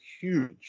huge